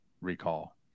recall